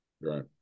Right